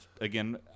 again